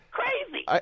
crazy